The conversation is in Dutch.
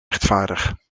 rechtvaardig